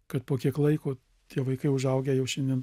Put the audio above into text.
kad po kiek laiko tie vaikai užaugę jau šiandien